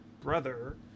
brother